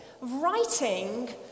writing